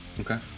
Okay